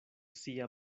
sia